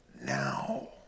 now